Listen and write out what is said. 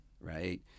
right